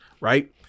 right